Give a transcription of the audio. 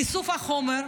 באיסוף החומר.